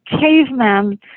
caveman